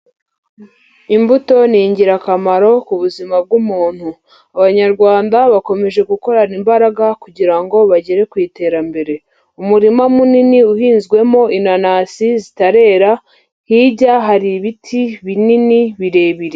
Imbuto ni ingirakamaro ku buzima bw'umuntu, Abanyarwanda bakomeje gukorana imbaraga kugira ngo bagere ku iterambere, umurima munini uhinzwemo inanasi zitarera, hirya hari ibiti binini birebire.